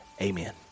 Amen